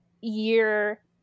year